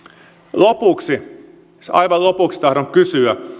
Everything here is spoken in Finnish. lopuksi siis aivan lopuksi tahdon kysyä